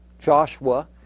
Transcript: Joshua